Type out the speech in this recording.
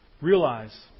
realize